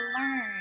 learn